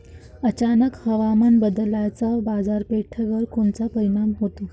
अचानक हवामान बदलाचा बाजारपेठेवर कोनचा परिणाम होतो?